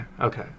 okay